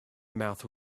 mouth